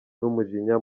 n’umujinya